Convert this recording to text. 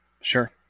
Sure